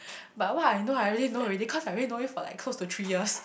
but what I know I really know already cause I already know it for like close to three years